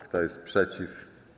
Kto jest przeciw?